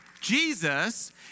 Jesus